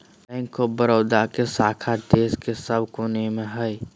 bank of Baroda के शाखा देश के सब कोना मे हय